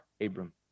Abram